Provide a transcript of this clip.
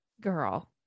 Girl